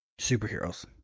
superheroes